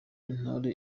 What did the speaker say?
intore